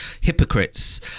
hypocrites